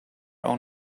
own